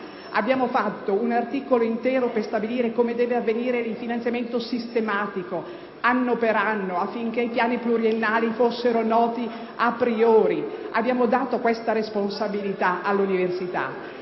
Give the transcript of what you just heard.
Abbiamo predisposto un articolo intero per stabilire come deve avvenire il finanziamento sistematico, anno per anno, affinche´ i piani pluriennali siano noti a priori: abbiamo dato questa responsabilitaall’universita.